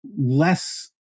less